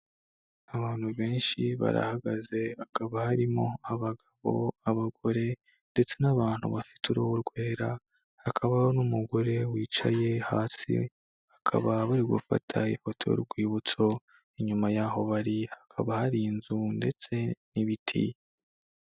Abantu benshi barahagaze, hakaba harimo abagabo, abagore ndetse n'abantu bafite uruhu rwera, hakabaho n'umugore wicaye hasi, bakaba bari gufata ifoto y'urwibutso inyuma y'aho bari, hakaba hari inzu ndetse n'ibiti.